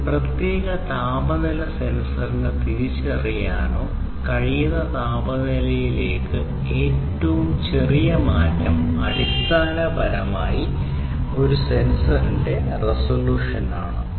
ഒരു പ്രത്യേക താപനില സെൻസറിന് തിരിച്ചറിയാനോ കഴിയുന്ന താപനിലയിലെ ഏറ്റവും ചെറിയ മാറ്റം അടിസ്ഥാനപരമായി ഒരു പ്രത്യേക സെൻസറിന്റെ റെസല്യൂഷൻ ആണ്